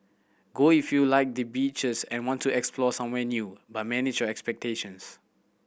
go if you like the beaches and want to explore somewhere new but manage your expectations